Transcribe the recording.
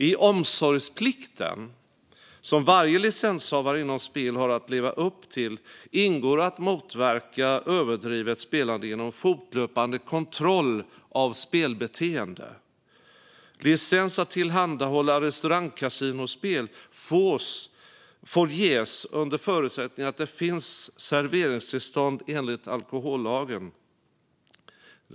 I omsorgsplikten, som varje licenshavare inom spel har att leva upp till, ingår att motverka överdrivet spelande genom fortlöpande kontroll av spelbeteende. Licens att tillhandahålla restaurangkasinospel får ges under förutsättning att det finns serveringstillstånd enligt alkohollagen.